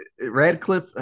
radcliffe